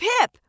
Pip